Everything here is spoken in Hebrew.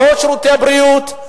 לא שירותי בריאות,